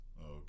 okay